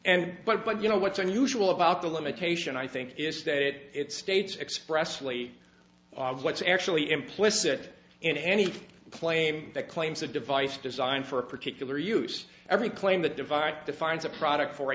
and but but you know what's unusual about the limitation i think is that it states expressly what's actually implicit in any claim that claims a device designed for a particular use every claim the device defines a product for